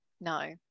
No